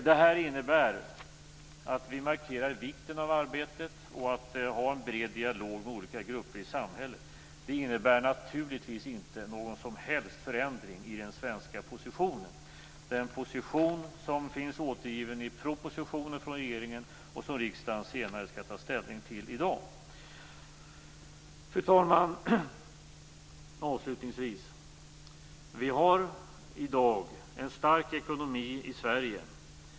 Det här innebär att vi markerar vikten av arbetet och av att ha en bred dialog med olika grupper i samhället. Däremot innebär det naturligtvis inte någon som helst förändring i den svenska position som finns återgiven i propositionen från regeringen och som riksdagen senare i dag skall ta ställning till. Avslutningsvis, fru talman, har vi i dag en stark ekonomi i Sverige.